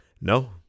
No